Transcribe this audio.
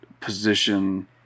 position